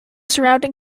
surrounding